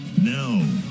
now